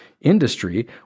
industry